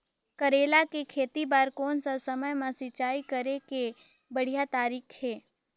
करेला के खेती बार कोन सा समय मां सिंचाई करे के बढ़िया तारीक हे?